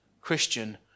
Christian